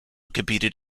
competed